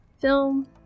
film